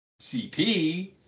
CP